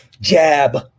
jab